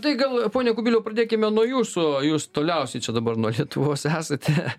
tai gal pone kubiliau pradėkime nuo jūsų jūs toliausiai čia dabar nuo lietuvos esate